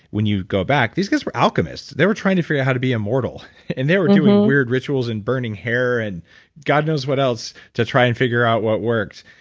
when you go back, these guys were alchemists, they were trying to figure out how to be immortal and they were doing weird rituals and burning hair and god knows what else to try and figure out what worked,